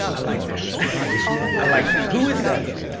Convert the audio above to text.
i like that i like that. who is that, though?